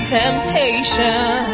temptation